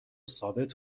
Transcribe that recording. ثابت